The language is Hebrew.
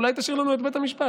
אולי תשאיר לנו את בית המשפט.